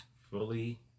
fully